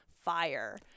fire